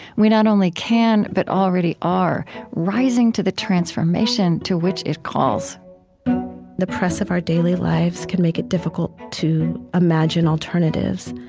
we not only can, but already are rising to the transformation to which it calls the press of our daily lives can make it difficult to imagine alternatives,